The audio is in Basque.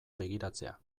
begiratzea